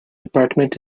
department